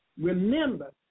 Remember